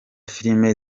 filime